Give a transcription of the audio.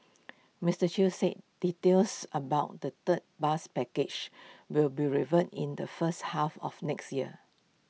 Mister chew said details about the third bus package will be revealed in the first half of next year